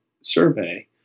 survey